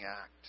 act